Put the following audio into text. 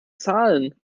zahlen